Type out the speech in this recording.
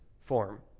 form